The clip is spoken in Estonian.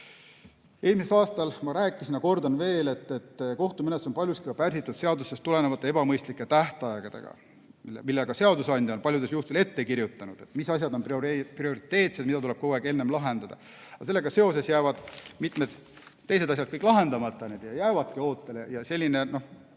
Eelmisel aastal ma rääkisin, aga kordan veel, et kohtumenetlus on paljuski pärsitud seadustest tulenevate ebamõistlike tähtaegadega, millega seadusandja on paljudel juhtudel ette kirjutanud, mis asjad on prioriteetsed, mida tuleb kogu aeg kõigepealt lahendada. Sellega seoses jäävad mitmed teised asjad lahendamata, need jäävadki ootele. Selline